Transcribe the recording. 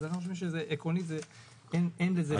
אז עקרונית אין לזה סוף.